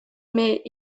mais